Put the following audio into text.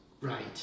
right